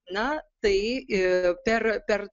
na tai i per per